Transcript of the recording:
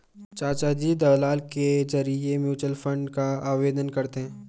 चाचाजी दलाल के जरिए म्यूचुअल फंड का आवेदन करते हैं